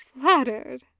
flattered